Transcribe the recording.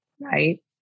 right